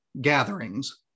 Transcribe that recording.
gatherings